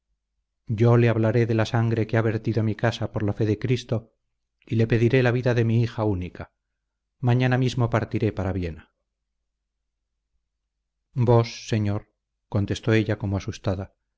yo le hablaré de la sangre que ha vertido mi casa por la fe de cristo y le pediré la vida de mi hija única mañana mismo partiré para viena vos señor contestó ella como asustada